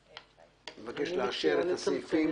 אני מבקש לאשר את הסעיפים.